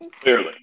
Clearly